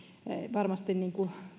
varmasti